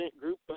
group